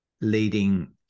leading